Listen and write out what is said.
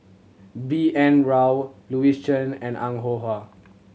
B N Rao Louis Chen and Ong Ah Hoi